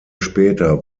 später